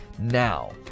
now